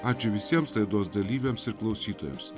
ačiū visiems laidos dalyviams ir klausytojams